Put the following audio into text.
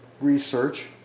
research